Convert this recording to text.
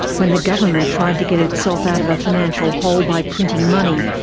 when the government tried to get itself out of a financial hole by printing money,